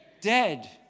dead